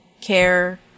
care